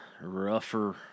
Rougher